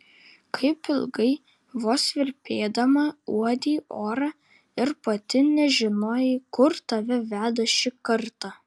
kaip ilgai vos virpėdama uodei orą ir pati nežinojai kur tave veda šį kartą